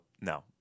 no